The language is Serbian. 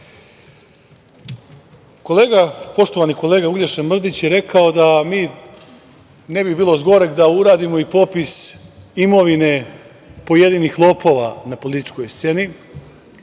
pitanje. Poštovani kolega Uglješa Mrdić je rekao da ne bi bilo zgoreg da uradimo i popis imovine pojedinih lopova na političkoj sceni.